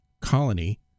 colony